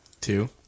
Two